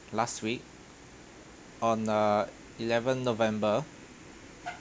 last week on uh eleven november